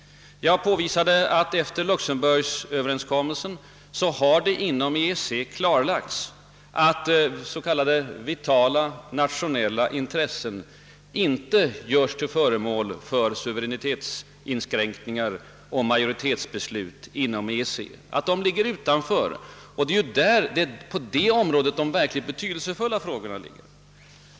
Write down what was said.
Jag påvisade att det efter Luxemburgöverenskommelsen har klarlagts inom EEC att s.k. »vitala nationella intressen» inte göres till föremål för suveränitetsinskränkningar och majoritetsbeslut. Detta får verkligt betydelsefulla konsekvenser för vår bedömning.